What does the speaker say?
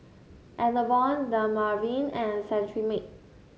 Enervon Dermaveen and Cetrimide